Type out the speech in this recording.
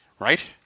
right